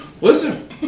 listen